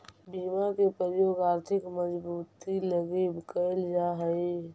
बीमा के प्रयोग आर्थिक मजबूती लगी कैल जा हई